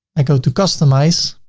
i go to customize.